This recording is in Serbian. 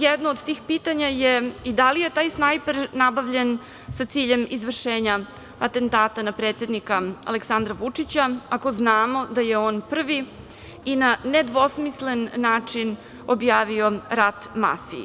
Jedno od tih pitanja je i da li je taj snajper nabavljen sa ciljem izvršenja atentata na predsednika Aleksandra Vučića, ako znamo da je on prvi i na nedvosmislen način objavio rat mafiji?